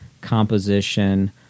composition